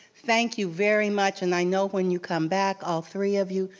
thank you very much and i know when you come back, all three of you,